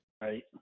Right